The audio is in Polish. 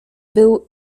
był